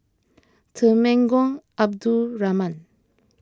Temenggong Abdul Rahman